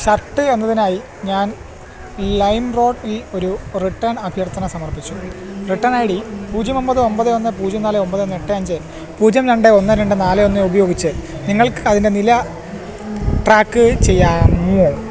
shirt എന്നതിനായി ഞാൻ lime റോഡിൽ ഒരു റിട്ടേൺ അഭ്യർത്ഥന സമർപ്പിച്ചു റിട്ടേൺ ഐ ഡി പൂജ്യം ഒൻപത് ഒൻപത് ഒന്ന് പൂജ്യം നാല് ഒൻപത് ഒന്ന് എട്ട് അഞ്ച് പൂജ്യം രണ്ട് ഒന്ന് രണ്ട് നാല് ഒന്ന് ഉപയോഗിച്ച് നിങ്ങൾക്കതിൻ്റെ നില ട്രാക്ക് ചെയ്യാനാകുമോ